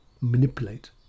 manipulate